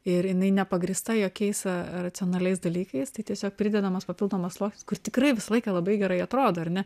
ir jinai nepagrįsta jokiais racionaliais dalykais tai tiesiog pridedamas papildomas sluoksnis kur tikrai visą laiką labai gerai atrodo ar ne